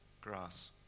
Grass